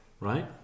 Right